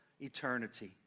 eternity